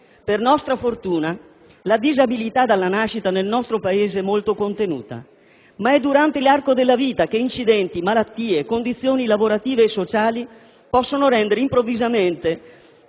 nel nostro Paese la disabilità dalla nascita è molto contenuta. Ma è durante l'arco della vita che incidenti, malattie, condizioni lavorative e sociali possono rendere improvvisamente